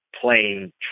playing